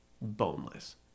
boneless